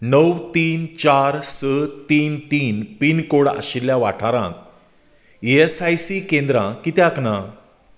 णव तीन चार स तीन तीन पीन कोड आशिल्ल्या वाठारांत ई एस आय सी केंद्रां कित्याक ना